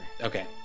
okay